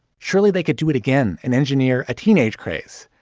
surely they could do it again. an engineer, a teenage craze.